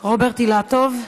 רוברט אילטוב,